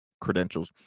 credentials